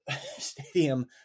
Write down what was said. stadium